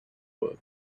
work